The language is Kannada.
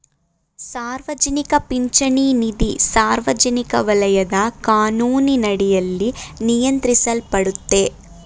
ಸಾರ್ವಜನಿಕ ಪಿಂಚಣಿ ನಿಧಿ ಸಾರ್ವಜನಿಕ ವಲಯದ ಕಾನೂನಿನಡಿಯಲ್ಲಿ ನಿಯಂತ್ರಿಸಲ್ಪಡುತ್ತೆ